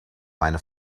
meine